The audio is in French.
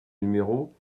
numéro